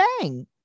bang